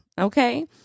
Okay